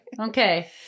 Okay